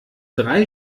drei